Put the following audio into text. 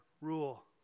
rule